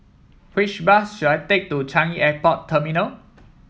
which bus should I take to Changi Airport Terminal